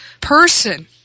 person